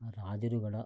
ರಾಜರುಗಳ